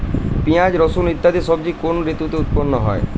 পিঁয়াজ রসুন ইত্যাদি সবজি কোন ঋতুতে উৎপন্ন হয়?